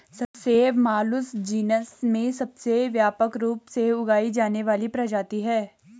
सेब Malus genus में सबसे व्यापक रूप से उगाई जाने वाली प्रजाति है